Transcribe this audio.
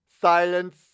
Silence